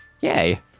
Yay